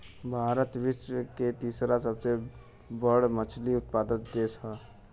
भारत विश्व के तीसरा सबसे बड़ मछली उत्पादक देश ह